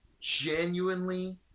genuinely